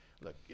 look